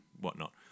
whatnot